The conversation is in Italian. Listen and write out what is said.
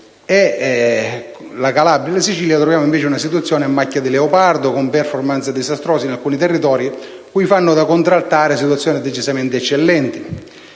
In Calabria e in Sicilia troviamo una situazione a macchia di leopardo, con *performance* disastrose di alcuni territori, cui fanno in contraltare situazioni decisamente eccellenti.